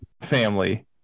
family